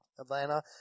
Atlanta